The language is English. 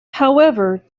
however